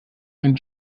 ein